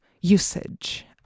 usage